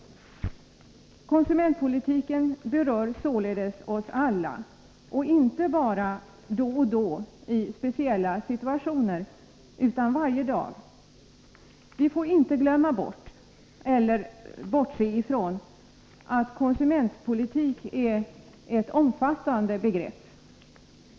Konsumentpolitiken berör således oss alla, inte bara då och då i speciella situationer, utan varje dag. Vi får inte glömma bort eller bortse ifrån att konsumentpolitik är ett omfattande begrepp.